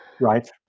Right